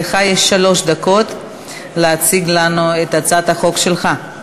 לך יש שלוש דקות להציג לנו את הצעת החוק שלך.